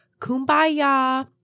kumbaya